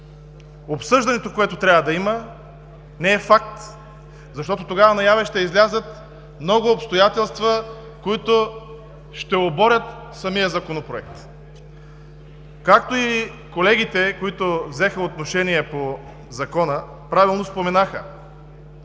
обсъждането, което трябва да има, не е факт. Тогава наяве ще излязат много обстоятелства, които ще оборят самия Законопроект. Колегите, които взеха отношение по Закона, правилно споменаха